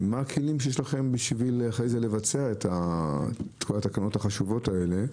מה הכלים שיש לכם כדי לבצע את כל התקנות החשובות האלה,